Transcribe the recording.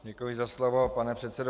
Děkuji za slovo, pane předsedo.